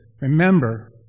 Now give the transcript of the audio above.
Remember